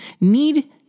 need